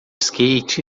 skate